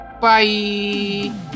Bye